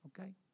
okay